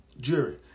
jury